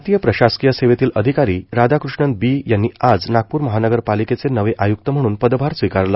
भारतीय प्रशासकीय सेवेतील अधिकारी राधाकृष्णन बी यांनी आज नागपूर महानगर पालिकेचे आयुक्त म्हणून पदभार स्वीकारला